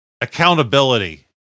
Accountability